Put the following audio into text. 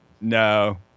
No